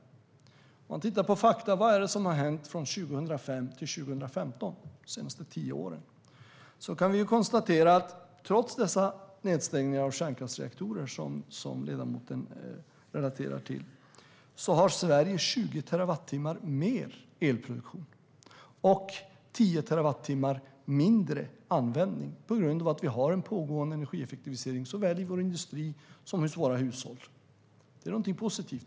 Om vi tittar på fakta om vad som har hänt från 2005 till 2015, de senaste tio åren, kan vi konstatera att trots dessa nedstängningar av kärnkraftsreaktorer, som ledamoten relaterar till, har Sverige 20 terawattimmar mer elproduktion och 10 terawattimmar mindre användning på grund av att vi har en pågående energieffektivisering såväl i vår industri som i våra hushåll. Det är någonting positivt.